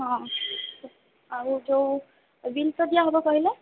ହଁ ଆଉ ଯେଉଁ ବିଲ୍ ତ ଦିଆହେବ କହିଲେ